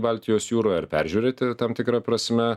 baltijos jūroje ar peržiūrėti tam tikra prasme